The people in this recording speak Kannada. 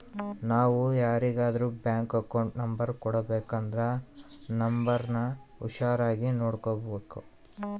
ನಾವು ಯಾರಿಗಾದ್ರೂ ಬ್ಯಾಂಕ್ ಅಕೌಂಟ್ ನಂಬರ್ ಕೊಡಬೇಕಂದ್ರ ನೋಂಬರ್ನ ಹುಷಾರಾಗಿ ನೋಡ್ಬೇಕು